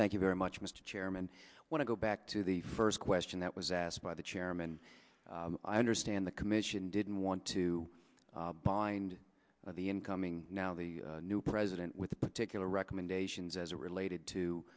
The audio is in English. thank you very much mr chairman when i go back to the first question that was asked by the chairman i understand the commission didn't want to bind the incoming now the new president with particular recommendations as it related to